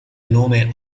nome